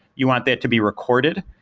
you want that to be recorded.